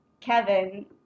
Kevin